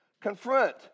Confront